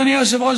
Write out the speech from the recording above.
אדוני היושב-ראש,